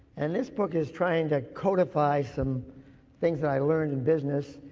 and this book is trying to codify some things that i learned in business,